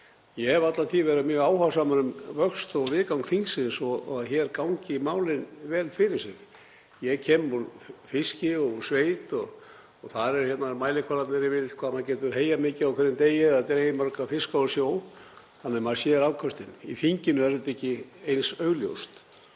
Ég hef alla tíð verið mjög áhugasamur um vöxt og viðgang þingsins og að hér gangi málin vel fyrir sig. Ég kem úr fiski og úr sveit og þar eru mælikvarðarnir yfirleitt hvað maður getur heyjað mikið á hverjum degi eða dregið marga fiska úr sjó, þannig að maður sér afköstin. Í þinginu er þetta ekki eins augljóst